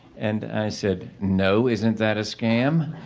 and, i said no, isn't that a scam?